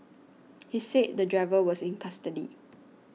he said the driver was in custody